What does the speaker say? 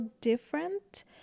different